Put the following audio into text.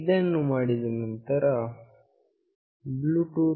ಇದನ್ನು ಮಾಡಿದ ನಂತರ bluetooth